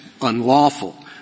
unlawful